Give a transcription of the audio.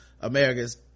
america's